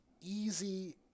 easy